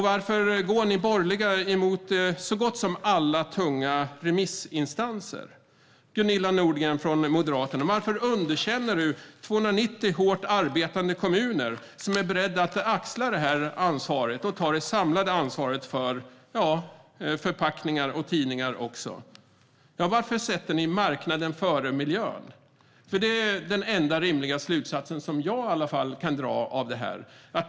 Varför går ni borgerliga emot så gott som alla tunga remissinstanser? Gunilla Nordgren från Moderaterna! Varför underkänner du 290 hårt arbetande kommuner som är beredda att axla det samlade ansvaret för avfallet, inklusive förpackningar och tidningar? Varför sätter ni marknaden före miljön? Det är den enda rimliga slutsatsen jag kan dra av detta.